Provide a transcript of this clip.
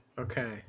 Okay